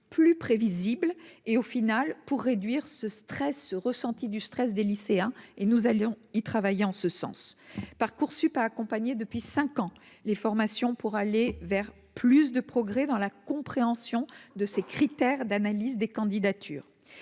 plus prévisible et au final pour réduire ce stress ressenti du stress des lycéens et nous allons-y travailler en ce sens Parcoursup a accompagné depuis 5 ans, les formations pour aller vers plus de progrès dans la compréhension de ces critères d'analyse des candidatures,